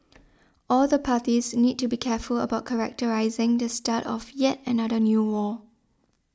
all the parties need to be careful about characterising the start of yet another new war